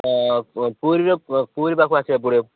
ହଁ ପୁରୀର ପୁରୀ ପାଖକୁ ଆସିବାକୁ ପଡ଼ିବ